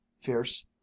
fierce